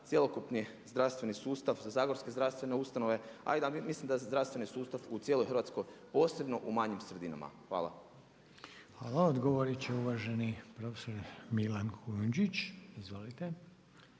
cjelokupni zdravstveni sustav, za zagorske zdravstvene ustanove, a i mislim na zdravstveni sustav u cijeloj Hrvatskoj posebno u manjim sredinama. Hvala. **Reiner, Željko (HDZ)** Hvala. Odgovoriti će uvaženi prof. Milan Kujundžić. Izvolite.